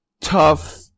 tough